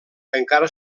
encara